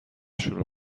شروع